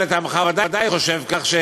אתה לטעמך ודאי חושב כך,